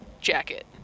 jacket